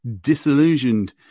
disillusioned